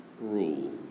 rule